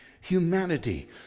humanity